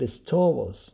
bestowals